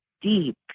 deep